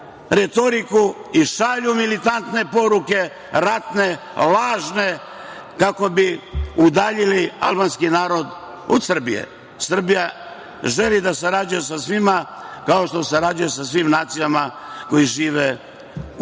retoriku i šalju militantne poruke, ratne, lažne, kako bi udaljili albanski narod od Srbije. Srbija želi da sarađuje sa svima, kao što sarađuje sa svim nacijama koje žive u